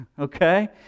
Okay